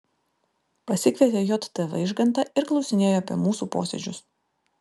pasikvietė j t vaižgantą ir klausinėjo apie mūsų posėdžius